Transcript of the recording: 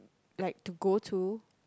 like to go to